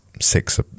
six